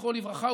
זכרו לברכה,